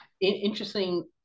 interesting